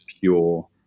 pure